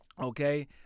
Okay